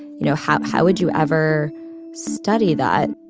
you know, how how would you ever study that?